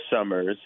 summers